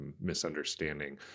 misunderstanding